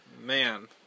man